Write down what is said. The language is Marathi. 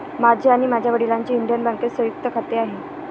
माझे आणि माझ्या वडिलांचे इंडियन बँकेत संयुक्त खाते आहे